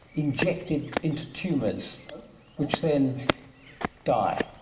injected into tumours which then die.